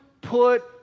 put